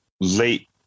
late